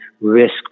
risk